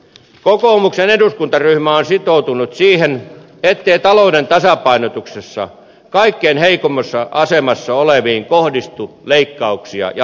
kokoomuksen eduskuntaryhmä on sitoutunut siihen ettei talouden tasapainotuksessa kaikkein heikoimmassa asemassa oleviin kohdistu leik kauksia jatkossakaan